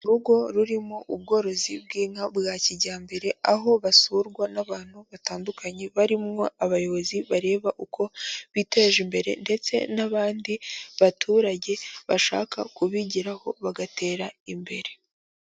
Urugo rurimo ubworozi bw'inka bwa kijyambere, aho basurwa n'abantu batandukanye, barimo abayobozi bareba uko biteje imbere ndetse n'abandi baturage bashaka kubigiraho bagatera imbere.